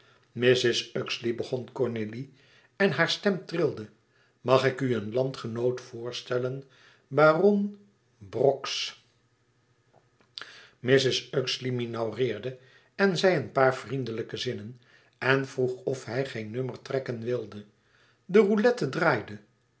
mrs uxeley begon cornélie en hare stem trilde mag ik u een landgenoot voorstellen baron brox mrs uxeley minaudeerde en zei een paar vriendelijke zinnen en vroeg of hij geen nummer trekken wilde de roulette draaide